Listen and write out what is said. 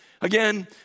Again